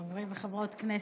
חברי וחברות הכנסת,